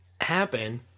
happen